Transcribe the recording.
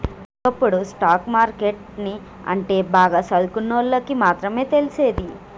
ఒకప్పుడు stock market ని అంటే బాగా సదువుకున్నోల్లకి మాత్రమే తెలిసేది